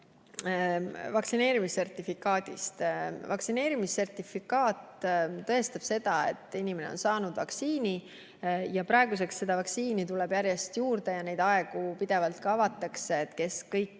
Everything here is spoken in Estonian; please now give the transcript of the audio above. vaktsineerimissertifikaadist. Vaktsineerimissertifikaat tõestab seda, et inimene on saanud vaktsiini. Praegu tuleb vaktsiini järjest juurde ja uusi aegu pidevalt avatakse. Kõik, kes